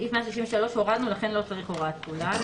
סעיף 163 הורדנו, לכן לא צריך הוראת תחולה.